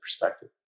perspective